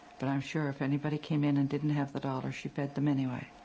but i'm sure if anybody came in and didn't have the dollar she fed them anyway.